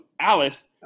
Alice